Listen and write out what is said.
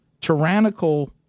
tyrannical